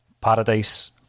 Paradise